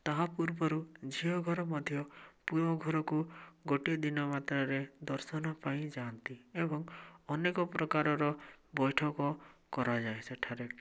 ତାହା ପୂର୍ବରୁ ଝିଅଘର ମଧ୍ୟ ପୁଅ ଘରକୁ ଗୋଟିଏ ଦିନ ମାତ୍ରାରେ ଦର୍ଶନ ପାଇଁ ଯାଆନ୍ତି ଏବଂ ଅନେକ ପ୍ରକାରର ବୈଠକ କରାଯାଏ ସେଠାରେ